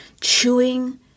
chewing